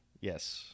yes